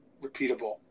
repeatable